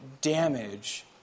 damage